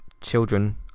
children